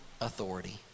Authority